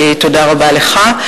תודה רבה לך.